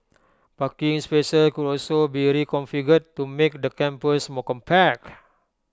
parking spaces could also be reconfigured to make the campus more compact